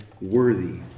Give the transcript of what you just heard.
worthy